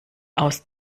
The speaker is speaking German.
aus